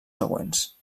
següents